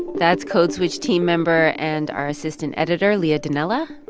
that's code switch team member and our assistant editor leah donnella.